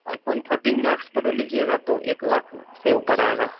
iPhone fourteen max pro लीजिएगा तो एक लाख से ऊपर आएगा